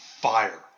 fire